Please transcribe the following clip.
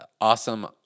awesome